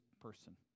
person